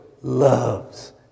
loves